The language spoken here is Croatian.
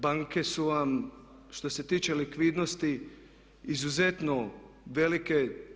Banke su vam što se tiče likvidnosti izuzetno velike.